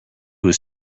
was